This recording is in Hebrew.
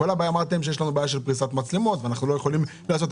אמרתם שכל הבעיה היא בפריסת מצלמות ולכן אנחנו לא יכולים לעשות,